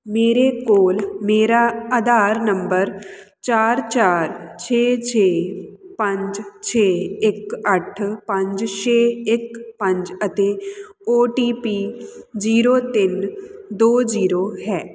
ਮੇਰੇ ਕੋਲ ਮੇਰਾ ਆਧਾਰ ਨੰਬਰ ਚਾਰ ਚਾਰ ਛੇ ਛੇ ਪੰਜ ਛੇ ਇੱਕ ਅੱਠ ਪੰਜ ਛੇ ਇੱਕ ਪੰਜ ਅਤੇ ਓਟੀਪੀ ਜੀਰੋ ਤਿੰਨ ਦੋ ਜੀਰੋ ਹੈ